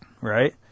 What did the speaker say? right